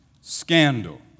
scandal